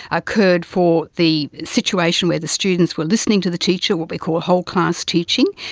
occurred for the situation where the students were listening to the teacher, what we call whole-class teaching,